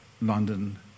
London